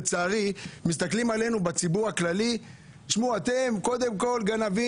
לצערי מסתכלים עלינו בציבור הכללי כאתם גנבים,